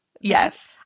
Yes